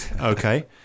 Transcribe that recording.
okay